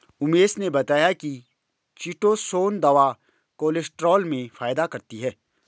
उमेश ने बताया कि चीटोसोंन दवा कोलेस्ट्रॉल में फायदा करती है